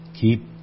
Keep